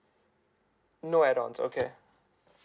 no add ons okay